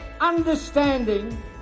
understanding